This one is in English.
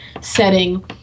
setting